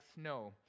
snow